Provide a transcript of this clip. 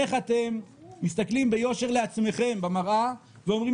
איך אתם מסתכלים ביושר על עצמכם במראה ואומרים